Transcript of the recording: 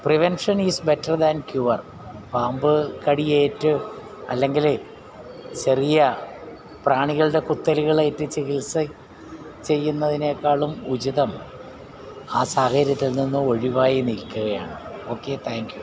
prevention is better than cure പാമ്പ്കടിയേറ്റ് അല്ലെങ്കിലെ ചെറിയ പ്രാണികളുടെ കുത്തലുകളേറ്റ് ചികിത്സ ചെയ്യുന്നതിനേക്കാളും ഉചിതം ആ സാഹചര്യത്തിൽ നിന്നും ഒഴിവായി നിൽക്കുകയാണ് ഓക്കെ താങ്ക്യൂ